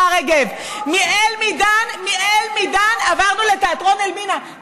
עברנו מאל-מידאן לתיאטרון אלמינא.